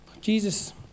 Jesus